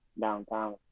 downtown